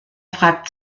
fragt